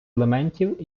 елементів